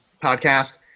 podcast